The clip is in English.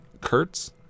Kurtz